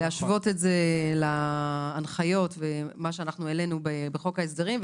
להשוות את זה להנחיות ולמה שאנחנו העלינו בחוק ההסדרים,